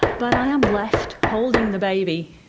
but i am left holding the baby,